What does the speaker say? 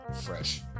fresh